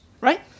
Right